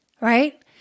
right